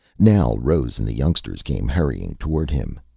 now rose and the youngsters came hurrying toward him.